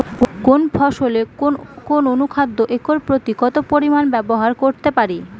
কোন ফসলে কোন কোন অনুখাদ্য একর প্রতি কত পরিমান ব্যবহার করতে পারি?